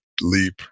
leap